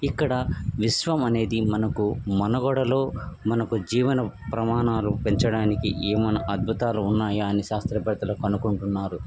ఇక్కడ విశ్వం అనేది మనకు మనుగడలో మనకు జీవన ప్రమాణాలు పెంచడానికి ఏమన్నా అద్భుతాలు ఉన్నాయా అని శాస్త్రవేత్తలు కనుకుంటున్నారు